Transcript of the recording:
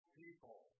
people